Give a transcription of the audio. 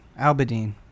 Albadine